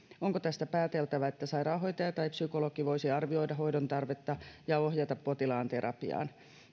onko tästä pääteltävä että sairaanhoitaja tai psykologi voisi arvioida hoidon tarvetta ja ohjata potilaan terapiaan